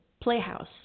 playhouse